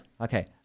Okay